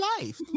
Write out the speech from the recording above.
life